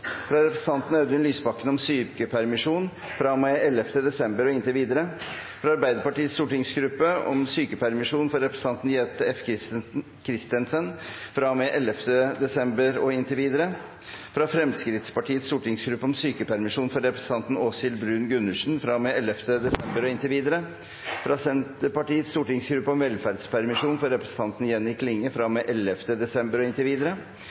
fra representanten Audun Lysbakken om sykepermisjon fra og med 11. desember og inntil videre fra Arbeiderpartiets stortingsgruppe om sykepermisjon for representanten Jette F. Christensen fra og med 11. desember og inntil videre fra Fremskrittspartiets stortingsgruppe om sykepermisjon for representanten Åshild Bruun-Gundersen fra og med 11. desember og inntil videre fra Senterpartiets stortingsgruppe om velferdspermisjon for representanten Jenny Klinge fra og med 11. desember og inntil videre.